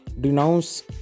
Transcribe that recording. Denounce